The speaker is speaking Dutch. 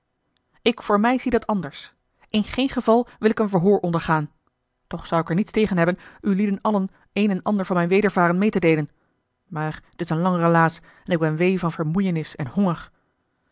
ik voor mij zie dat anders in geen geval wil ik een verhoor ondergaan toch zou ik er niets tegen hebben ulieden allen een en ander van mijn wedervaren meê te deelen maar t is een lang relaas en ik ben wee van vermoeienis en honger